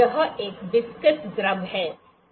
यह एक विस्कस द्रव है